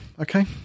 Okay